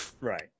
Right